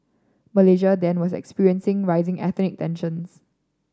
Malaysia then was experiencing rising ethnic tensions